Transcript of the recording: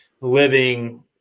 living